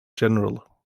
general